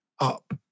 up